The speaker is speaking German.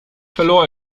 verlor